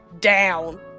down